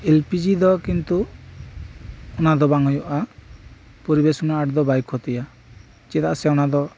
L P G ᱫᱚ ᱠᱤᱱᱛᱩ ᱚᱱᱟ ᱫᱚ ᱵᱟᱝ ᱦᱩᱭᱩᱜᱼᱟ ᱯᱚᱨᱤᱵᱮᱥ ᱩᱱᱟᱹᱜ ᱟᱸᱴ ᱫᱚ ᱵᱟᱭ ᱠᱷᱚᱛᱤᱭᱟ ᱪᱮᱫᱟᱜ ᱥᱮ ᱚᱱᱟ ᱫᱚ